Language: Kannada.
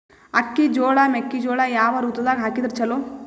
ಅಕ್ಕಿ, ಜೊಳ, ಮೆಕ್ಕಿಜೋಳ ಯಾವ ಋತುದಾಗ ಹಾಕಿದರ ಚಲೋ?